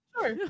Sure